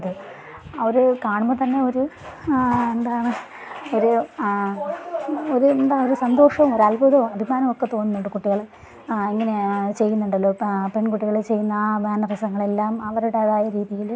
അതെ അവർ കാണുമ്പോൾ തന്നെ ഒരു എന്താണ് ഒരു ഒരു എന്താ ഒരു സന്തോഷവും ഒരു അത്ഭുദവും അഭിമാനവുമൊക്കെ തോന്നുന്നുണ്ട് കുട്ടികൾ ഇങ്ങനെ ചെയ്യുന്നുണ്ടല്ലോ പെൺകുട്ടികൾ ചെയ്യുന്ന ആ മാനറിസങ്ങളെല്ലാം അവരുടേതായ രീതിയിൽ